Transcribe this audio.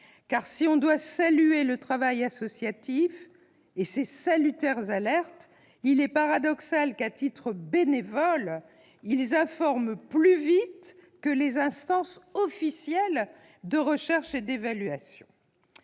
si l'on doit saluer le travail associatif et ses salutaires alertes, il est paradoxal que ce dernier, qui agit à titre bénévole, informe plus vite que les instances officielles de recherche et d'évaluation.